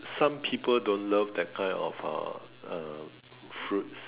some people don't love that kind of uh a fruit